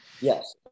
Yes